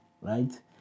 right